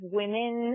women